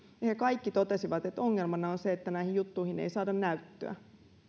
ja he kaikki totesivat että ongelmana on se että näihin juttuihin ei saada näyttöä